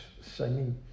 singing